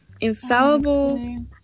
Infallible